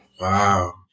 wow